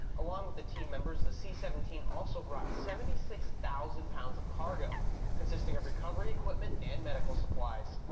along with the team members the c seventeen also brought seventy six thousand pounds of cargo consisting of recovery equipment and medical supplies.